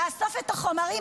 לאסוף את החומרים.